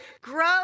grow